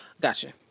Gotcha